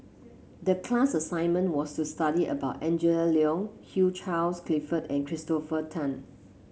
the class assignment was to study about Angela Liong Hugh Charles Clifford and Christopher Tan